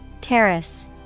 Terrace